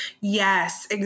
Yes